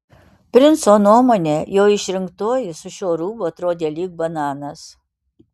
princo nuomone jo išrinktoji su šiuo rūbu atrodė lyg bananas